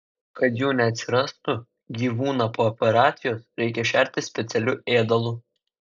kad jų neatsirastų gyvūną po operacijos reikia šerti specialiu ėdalu